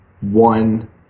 one